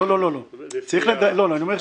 לא, לא, אני אומר שצריך לדייק.